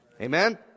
Amen